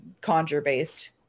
Conjure-based